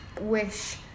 wish